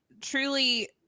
truly